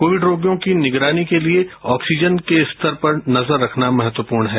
Covid रोगियों की निगरानी के लिए ऑक्सीजन के स्तर पर नजर रखना महत्वपूर्ण है